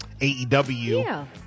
AEW